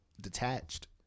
detached